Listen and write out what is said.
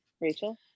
Rachel